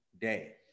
day